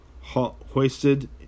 hoisted